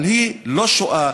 אבל היא לא שועה,